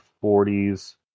forties